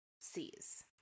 sees